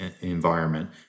environment